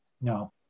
No